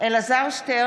(קוראת בשם חבר הכנסת) אלעזר שטרן,